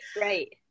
Right